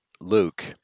Luke